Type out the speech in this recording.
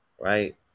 Right